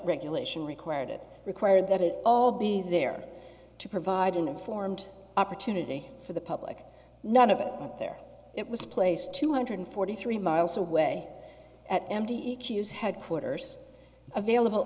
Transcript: regulation required it required that it all be there to provide an informed opportunity for the public none of it went there it was placed two hundred forty three miles away at mt each use headquarters available